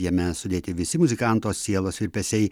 jame sudėti visi muzikanto sielos virpesiai